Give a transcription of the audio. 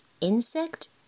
insect